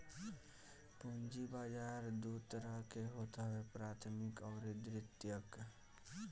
पूंजी बाजार दू तरह के होत हवे प्राथमिक अउरी द्वितीयक